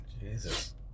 Jesus